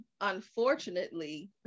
unfortunately